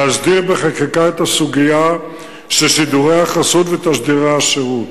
להסדיר בחקיקה את הסוגיה של שידורי החסות ותשדירי השירות,